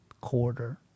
Quarter